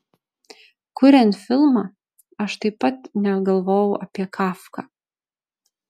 kuriant filmą aš taip pat negalvojau apie kafką